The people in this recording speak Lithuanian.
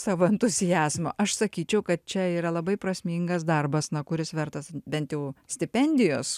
savo entuziazmo aš sakyčiau kad čia yra labai prasmingas darbas na kuris vertas bent jau stipendijos